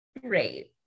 Great